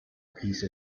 piece